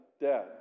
dead